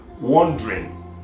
wandering